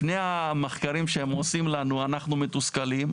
לפני המחקרים שהם עושים לנו אנחנו מתוסכלים,